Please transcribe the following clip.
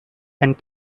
and